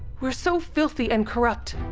we're so filthy and corrupt.